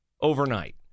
overnight